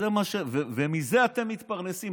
ומזה אתם מתפרנסים.